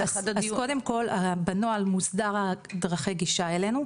אז קודם כל בנוהל מוסדר הדרכי גישה אלינו,